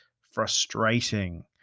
frustrating